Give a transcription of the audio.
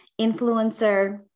influencer